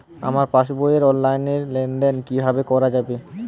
আমার পাসবই র অনলাইন লেনদেন কিভাবে করা যাবে?